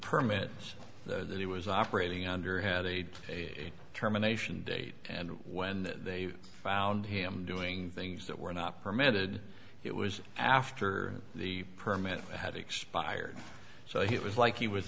permit that he was operating under had aid a determination date and when they found him doing things that were not permitted it was after the permit had expired so he was like he was